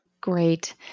Great